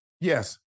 Yes